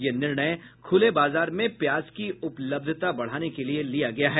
यह निर्णय खुले बाजार में प्याज की उपलब्धता बढ़ाने के लिए लिया गया है